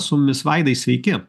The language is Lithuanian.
su mumis vaidai sveiki